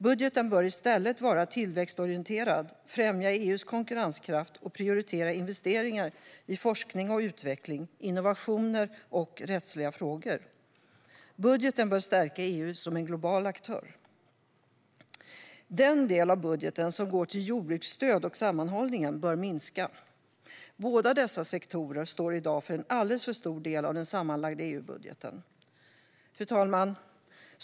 Budgeten bör i stället vara tillväxtorienterad, främja EU:s konkurrenskraft och prioritera investeringar i forskning och utveckling, innovationer och rättsliga frågor. Budgeten bör stärka EU som en global aktör. Den del av budgeten som går till jordbruksstöd och sammanhållningen bör minska. Båda dessa sektorer står i dag för en alldeles för stor del av den sammanlagda EU-budgeten. Fru talman!